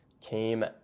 came